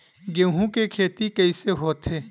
गेहूं के खेती कइसे होथे?